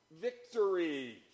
victory